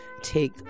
take